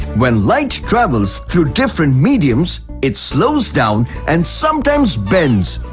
when light travels through different mediums. it slows down and sometimes bends.